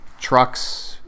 trucks